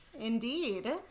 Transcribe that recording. Indeed